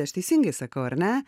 aš teisingai sakau ar ne